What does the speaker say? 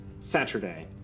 Saturday